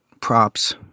props